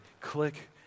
click